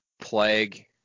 Plague